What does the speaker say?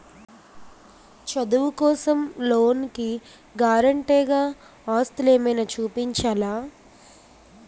చదువు కోసం లోన్ కి గారంటే గా ఆస్తులు ఏమైనా చూపించాలా?